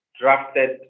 drafted